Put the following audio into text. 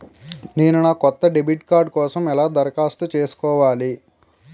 నేను నా కొత్త డెబిట్ కార్డ్ కోసం ఎలా దరఖాస్తు చేసుకోవాలి?